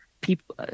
people